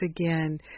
again